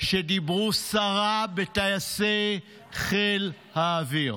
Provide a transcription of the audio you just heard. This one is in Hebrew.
שדיברו סרה בטייסי חיל האוויר,